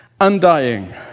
undying